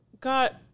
got